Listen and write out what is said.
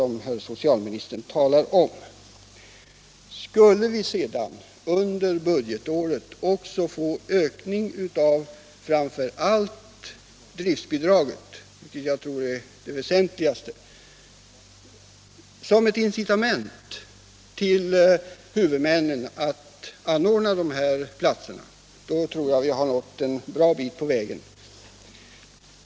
Om vi dessutom under budgetåret skulle få en ökning av framför allt driftsbidraget, som jag tror är det väsentliga, som ett incitament för huvudmännen att anordna de här platserna, då tror jag att vi har nått en bra bit på vägen.